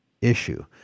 issue